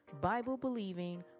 Bible-believing